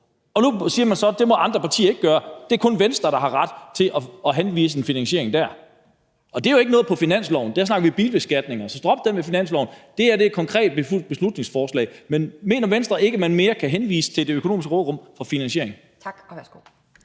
Og nu siger man så, at det må andre partier ikke gøre. Det er kun Venstre, der har ret til at henvise en finansiering dertil. Det er jo ikke noget, der er på finansloven, for der snakker vi om bilbeskatning. Så drop den med finansloven. Det her er et konkret beslutningsforslag. Men mener Venstre, at man ikke mere kan henvise til det økonomiske råderum for finansiering? Kl.